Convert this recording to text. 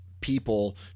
people